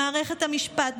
במערכת המשפט,